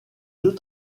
deux